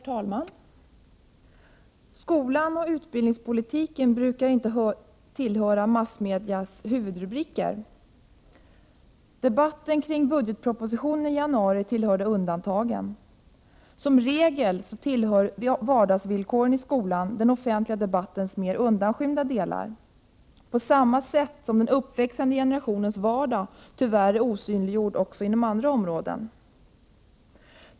Herr talman! Skolan och utbildningspolitiken brukar inte återfinnas i huvudrubrikerna i massmedia. Debatten om budgetpropositionen i januari var ett undantag, men som regel tillhör vardagsvillkoren i skolan den offentliga debattens mer undanskymda delar. Tyvärr är den uppväxande generationens vardag osynliggjord på samma sätt också inom andra områden.